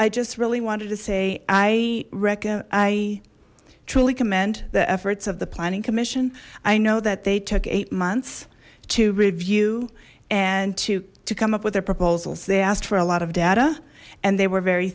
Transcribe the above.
i just really wanted to say i reckon i truly commend the efforts of the planning commission i know that they took eight months to review and to to come up with their proposals they asked for a lot of data and they were very